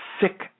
sick